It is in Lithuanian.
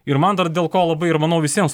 ir man dar dėl ko labai ir manau visiems